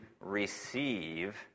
receive